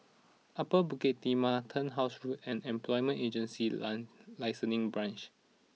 Upper Bukit Timah Turnhouse Road and Employment Agency long Licensing Branch